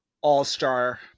all-star